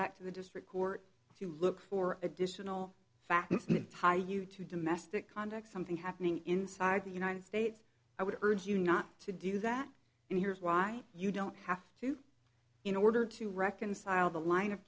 back to the district court to look for additional facts and tie you to domestic conduct something happening inside the united states i would urge you not to do that and here's why you don't have to in order to reconcile the line of